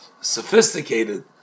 sophisticated